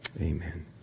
Amen